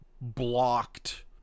blocked